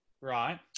right